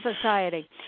society